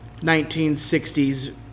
1960s